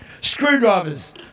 Screwdrivers